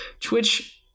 Twitch